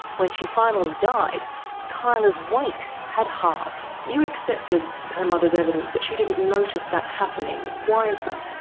when she finally died kyla's weight had halved. you accepted her mother's evidence that she didn't notice that happening, why is that?